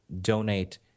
donate